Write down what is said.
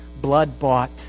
blood-bought